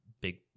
big